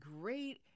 great